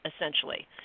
essentially